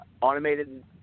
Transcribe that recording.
automated